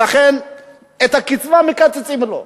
ולכן את הקצבה מקצצים לו.